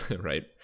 right